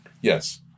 Yes